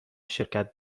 شرکت